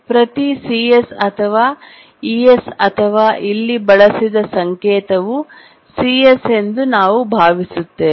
ಪ್ರತಿ cs ಅಥವಾ es ಅಥವಾ ಇಲ್ಲಿ ಬಳಸಿದ ಸಂಕೇತವು cs ಎಂದು ನಾವು ಭಾವಿಸುತ್ತೇವೆ